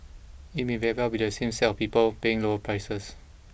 it may very well be the same set of people paying lower prices